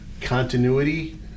continuity